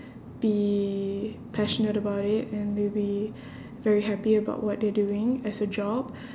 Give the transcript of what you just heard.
be passionate about it and they'll be very happy about what they're doing as a job